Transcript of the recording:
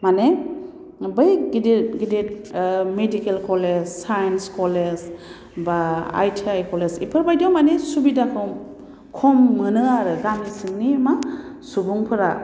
माने बै गिदिर गिदिर मेडिकेल कलेज सायेन्स कलेज बा आइ टि आइ कलेज बेफोरबायदियाव माने सुबिदाखौ खम मोनो आरो गामि सिंनि मा सुबुंफोरा